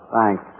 Thanks